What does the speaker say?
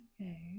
Okay